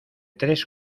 tres